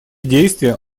действия